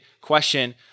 question